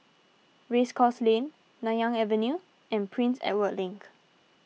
Race Course Lane Nanyang Avenue and Prince Edward Link